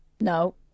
No